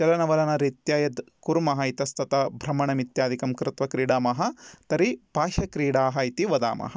चलनवलनरीत्या यद् कुर्मः इतस्ततः भ्रमणमित्यादिकं कृत्वा क्रीडामः तर्हि बाह्यक्रीडाः इति वदामः